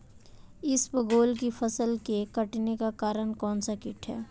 इसबगोल की फसल के कटने का कारण कौनसा कीट है?